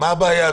מה הבעיה?